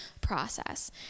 process